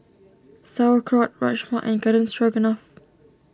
Sauerkraut Rajma and Garden Stroganoff